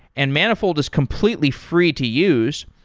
and manifold is completely free to use.